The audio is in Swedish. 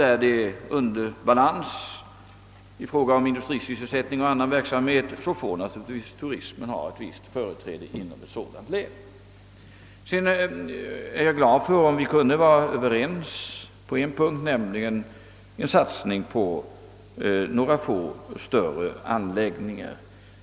Om ett län har underbalans i fråga om industriell sysselsättning eller annan verksamhet får naturligtvis turismen där företräde. Jag är glad om vi kan vara överens på en punkt, nämligen att vi bör satsa på några få större anläggningar.